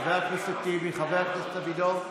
חבר הכנסת טיבי, חבר הכנסת אבידר,